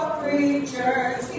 creatures